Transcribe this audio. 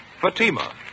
Fatima